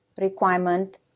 requirement